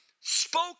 spoke